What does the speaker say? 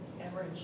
Average